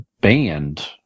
banned